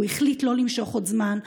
הוא החליט לא למשוך עוד זמן,